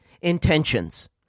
intentions